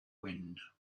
wind